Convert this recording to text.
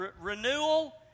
renewal